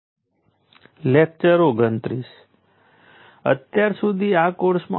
હવે આપણે એક ઇન્ડક્ટરમાં પાવર અને એનર્જી ઉપર ધ્યાન આપીશું